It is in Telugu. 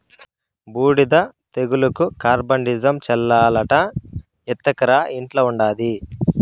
బూడిద తెగులుకి కార్బండిజమ్ చల్లాలట ఎత్తకరా ఇంట్ల ఉండాది